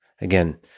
again